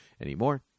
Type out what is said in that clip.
anymore